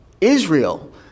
Israel